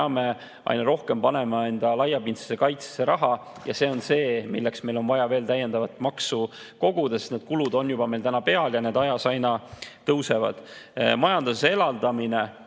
me peame aina rohkem panema laiapindsesse kaitsesse raha. See on see, milleks meil on vaja täiendavat maksu koguda, sest need kulud on juba täna meil peal ja need ajas aina tõusevad. Majanduse elavdamine.